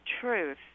truth